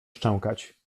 szczękać